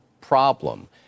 problem